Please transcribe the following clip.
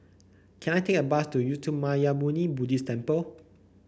can I take a bus to Uttamayanmuni Buddhist Temple